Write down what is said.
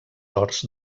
horts